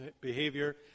behavior